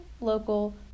local